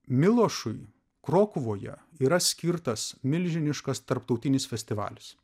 milošui krokuvoje yra skirtas milžiniškas tarptautinis festivalis